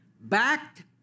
backed